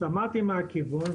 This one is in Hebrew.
שמעתי מה הכיוון,